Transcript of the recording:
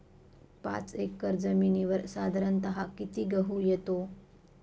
पाच एकर जमिनीवर साधारणत: किती गहू येतो?